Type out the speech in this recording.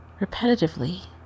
repetitively